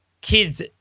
kids